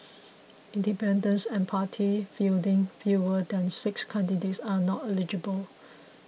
independents and party fielding fewer than six candidates are not eligible